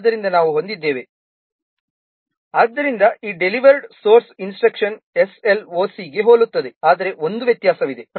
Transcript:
ಆದ್ದರಿಂದ ನಾವು ಹೊಂದಿದ್ದೇವೆ ಆದ್ದರಿಂದ ಈ ಡೆಲಿವರ್ಡ್ ಸೋರ್ಸ್ ಇನ್ಸ್ಟ್ರಕ್ಷನ್ಗಳು SLOC ಗೆ ಹೋಲುತ್ತವೆ ಆದರೆ ಒಂದು ವ್ಯತ್ಯಾಸವಿದೆ